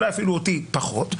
אולי אפילו אותי פחות.